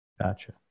Gotcha